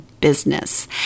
business